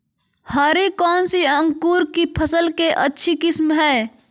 हरी कौन सी अंकुर की फसल के अच्छी किस्म है?